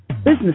Business